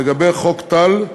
לגבי חוק טל,